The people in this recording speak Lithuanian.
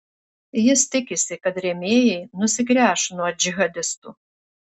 jis tikisi kad rėmėjai nusigręš nuo džihadistų